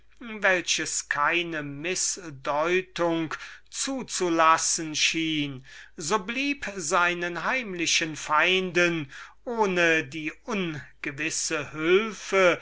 welches keine mißdeutung zu zulassen schien so blieb seinen heimlichen feinden ohne die ungewisse hülfe